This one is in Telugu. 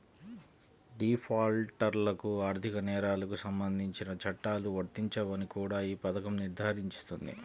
డిఫాల్టర్లకు ఆర్థిక నేరాలకు సంబంధించిన చట్టాలు వర్తించవని కూడా ఈ పథకం నిర్ధారిస్తుంది